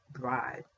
bride